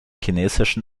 chinesischen